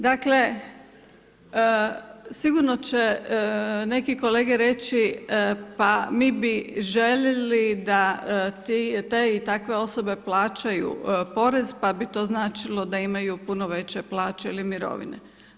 Dakle sigurno će neki kolege reći pa mi bi željeli da te i takve osobe plaćaju porez pa bi to značilo da imaju puno veće plaće ili mirovine.